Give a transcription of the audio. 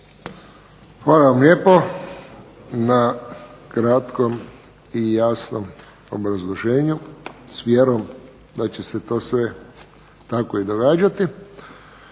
Hvala vam lijepo na kratkom i jasnom obrazloženju. S vjerom da će se to sve tako i događati.